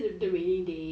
is it the rainy day